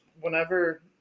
whenever